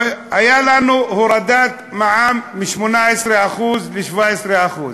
היה לנו הורדת מע"מ מ-18% ל-17%.